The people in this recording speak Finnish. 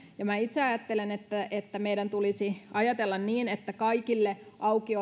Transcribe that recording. ja minä itse ajattelen että että meidän tulisi ajatella niin että kaikille auki